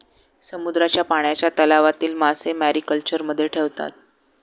समुद्राच्या पाण्याच्या तलावातील मासे मॅरीकल्चरमध्ये ठेवतात